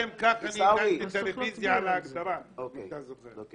לשם כך אני הגשתי את הרביזיה על ההגדרה אם אתה זוכר.